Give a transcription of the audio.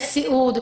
לסיעוד?